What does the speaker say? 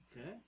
Okay